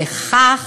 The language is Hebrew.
בכך